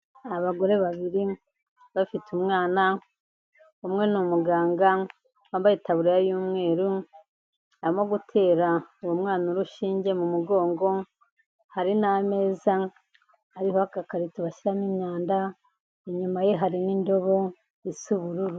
Abagore babiri bafite umwana, umwe n'umuganga wambaye itaburiya y'umweru arimo gutera uwo mwana urushinge mu mugongo; hari n'ameza ariho agarikarito bashyiramo imyanda, inyuma ye hari n'indobo isa ubururu.